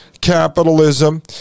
capitalism